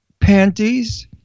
panties